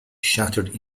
shattered